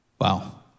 Wow